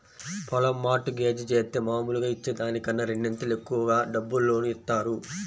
పొలం mortgage జేత్తే మాములుగా ఇచ్చే దానికన్నా రెండింతలు ఎక్కువ డబ్బులు లోను ఇత్తారు